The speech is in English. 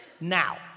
now